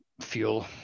fuel